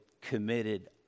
committed